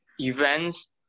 events